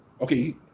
Okay